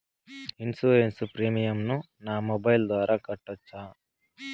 Insurance premium ను నా mobile ద్వారా కట్టొచ్చా?